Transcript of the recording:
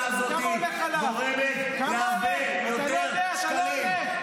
מגיעים לאזור שאין לכם שום רגישות לשום דבר.